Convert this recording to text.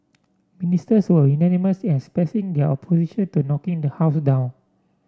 ministers were unanimous as expressing their opposition to knocking the house down